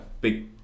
big